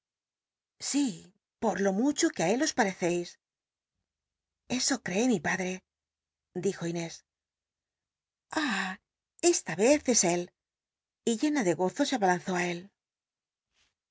sí por lo mucho que á él os pal'eccis eso cree mi padrc dijo tnés ah esta vez es él y llena de gozo se abalanzó i él